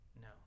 No